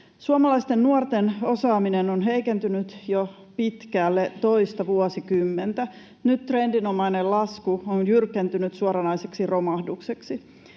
Suomalaisten nuorten osaaminen on heikentynyt jo pitkälle toista vuosikymmentä. Nyt trendinomainen lasku on jyrkentynyt suoranaiseksi romahdukseksi.